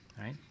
right